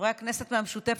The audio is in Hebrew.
חברי הכנסת מהמשותפת,